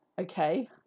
okay